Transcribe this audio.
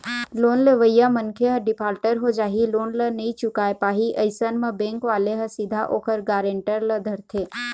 loan लेवइया मनखे ह डिफाल्टर हो जाही लोन ल नइ चुकाय पाही अइसन म बेंक वाले ह सीधा ओखर गारेंटर ल धरथे